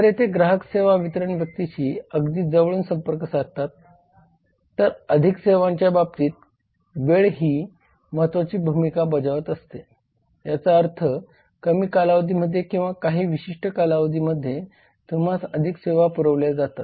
तर येथे ग्राहक सेवा वितरण व्यक्तीशी अगदी जवळून संपर्क साधतात तर अधिक सेवांच्या बाबतीत वेळ ही महत्त्वाची भूमिका बजावत असते याचा अर्थ कमी कालावधीमध्ये किंवा काही विशिष्ट कालावधीमध्ये तुम्हास अधिक सेवा पुरविल्या जातात